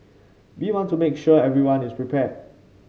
we want to make sure everyone is prepared